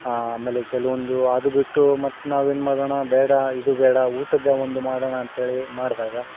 ಆಮೇಲೆ ಕೆಲವೊಂದು ಅದು ಬಿಟ್ಟು ಮತ್ತು ನಾವು ಏನು ಮಾಡೋಣ ಬೇಡ ಇದು ಬೇಡ ಊಟದ ಒಂದು ಮಾಡೋಣ ಅಂತೇಳಿ ಮಾಡಿದಾಗ